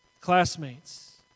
classmates